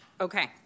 Okay